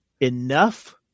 enough